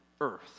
earth